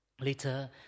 later